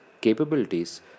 capabilities